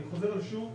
אני חוזר על זה שוב,